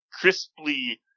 crisply